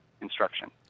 instruction